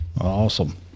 Awesome